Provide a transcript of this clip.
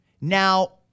Now